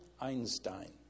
Einstein